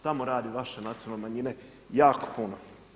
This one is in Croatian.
Tamo rade vaše nacionalne manjine jako puno.